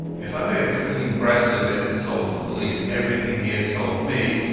if i made a clean breast of it and told the police everything he had told me,